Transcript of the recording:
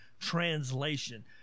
translation